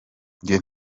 njye